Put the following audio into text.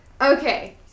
Okay